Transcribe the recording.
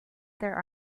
there